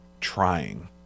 trying